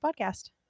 podcast